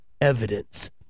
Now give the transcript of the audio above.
evidence